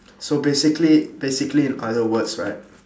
so basically basically in other words right